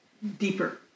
deeper